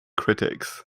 critics